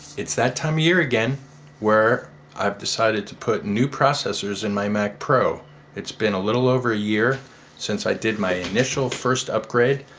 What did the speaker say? it's that time of year again where i've decided to put new processors in my mac, pro it's been a little over a year since i did my initial first upgrade,